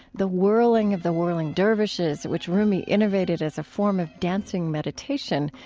the whirling of the whirling dervishes, which rumi innovated as a form of dancing meditation,